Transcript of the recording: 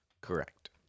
Correct